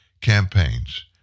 campaigns